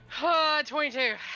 22